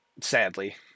Sadly